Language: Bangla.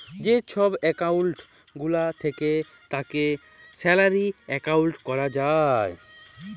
যে ছব একাউল্ট গুলা থ্যাকে তাকে স্যালারি একাউল্ট ক্যরা যায়